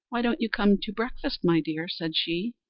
why don't you come to breakfast, my dear? said she.